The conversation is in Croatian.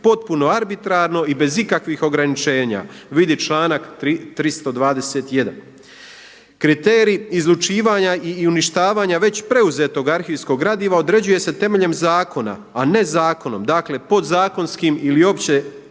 potpuno arbitrarno i bez ikakvih ograničenja. Vidi članak 321. Kriterij izlučivanja i uništavanja već preuzetog arhivskog gradiva određuje se temeljem zakona, a ne zakonom. Dakle, podzakonskim ili općim